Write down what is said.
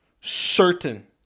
Certain